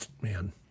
Man